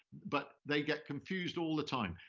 but they get confused all the time.